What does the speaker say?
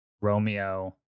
Romeo